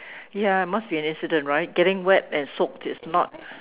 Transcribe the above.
ya must be an incident right getting wet and soaked is not